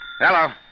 Hello